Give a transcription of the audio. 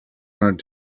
wanted